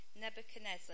Nebuchadnezzar